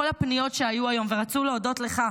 כל הפניות שהיו היום ורצו להודות לך,